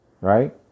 Right